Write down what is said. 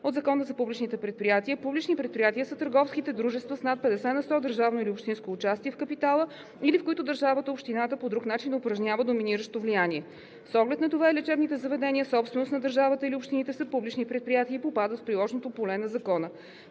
от Закона за публичните предприятия публични предприятия са търговските дружества с над 50 на сто държавно или общинско участие в капитала или в които държавата/общината по друг начин упражнява доминиращо влияние. С оглед на това и лечебните заведения, собственост на държавата или общините, са публични предприятия и попадат в приложното поле на Закона.